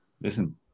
Listen